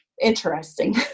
interesting